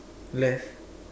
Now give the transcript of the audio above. left